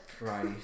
Right